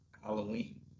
Halloween